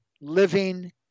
living